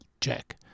Check